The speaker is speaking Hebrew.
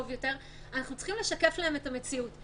יותר אנחנו צריכים לשקף להם את המציאות.